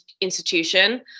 institution